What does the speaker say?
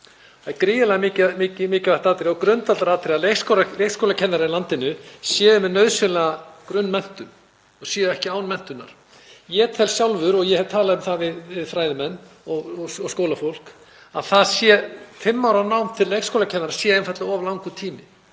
Það er gríðarlega mikilvægt atriði og grundvallaratriði að leikskólakennarar í landinu séu með nauðsynlega grunnmenntun og séu ekki án menntunar. Ég tel sjálfur, og ég hef talað um það við fræðimenn og skólafólk, að fimm ára nám til leikskólakennara sé einfaldlega of langur tími.